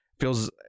feels